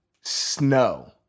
Snow